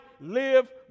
live